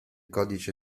codice